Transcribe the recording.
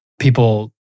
people